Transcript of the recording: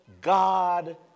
God